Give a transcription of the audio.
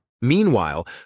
Meanwhile